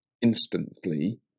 instantly